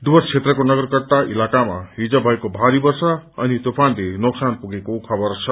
डुवर्स क्षेत्रको नगरकट्टा इलाकामा हिज भएको भारी वर्षा अनि तूफाानले नोक्सान पुगेको खबर छ